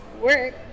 work